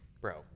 Bro